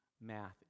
math